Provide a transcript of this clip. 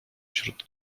wśród